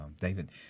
David